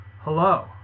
Hello